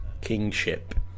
kingship